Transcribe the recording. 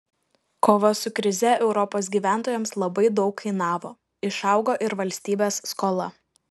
kova su krize europos gyventojams labai daug kainavo išaugo ir valstybės skola